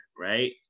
Right